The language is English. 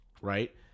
right